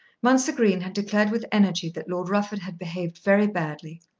mounser green had declared with energy that lord rufford had behaved very badly.